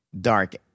dark